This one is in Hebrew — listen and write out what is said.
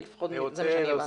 זה לפחות מה שאני הבנתי.